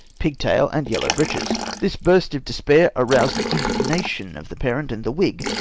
pigtail, and yellow breeches. this burst of despair aroused the mdignation of the parent and the whig,